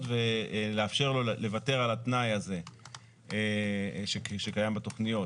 ולאפשר לו לוותר על התנאי הזה שקיים בתוכניות